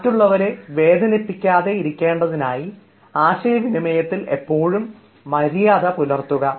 മറ്റുള്ളവരെ വേദനിപ്പിക്കാതെ ഇരിക്കേണ്ടതിനായി ആശയവിനിമയത്തിൽ എപ്പോഴും മര്യാദ പുലർത്തുക